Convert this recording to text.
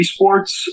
Esports